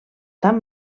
tan